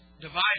divided